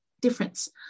difference